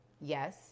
Yes